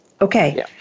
Okay